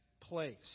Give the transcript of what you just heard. place